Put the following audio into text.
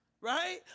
Right